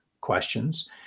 questions